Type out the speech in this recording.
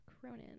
Cronin